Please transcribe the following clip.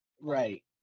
right